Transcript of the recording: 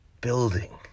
building